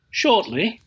shortly